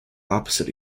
opposite